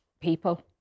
people